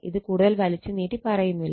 ഇത് കൂടുതൽ വലിച്ചു നീട്ടി പറയുന്നില്ല